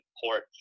Port